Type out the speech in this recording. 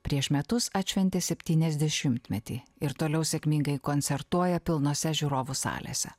prieš metus atšventė septyniasdešimtmetį ir toliau sėkmingai koncertuoja pilnose žiūrovų salėse